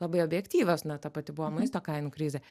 labai objektyvios na ta pati buvo maisto kainų krizė